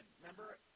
Remember